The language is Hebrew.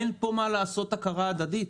אין כאן מה לעשות הכרה הדדית,